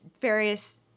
various